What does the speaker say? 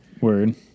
Word